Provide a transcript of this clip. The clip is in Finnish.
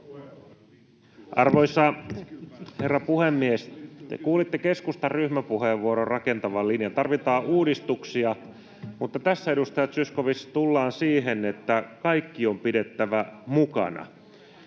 Arvoisa herra puhemies! Te kuulitte keskustan ryhmäpuheenvuoron rakentavan linjan. Tarvitaan uudistuksia, mutta tässä, edustaja Zyskowicz, tullaan siihen, että kaikki on pidettävä mukana.